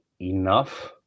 enough